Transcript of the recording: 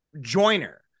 joiner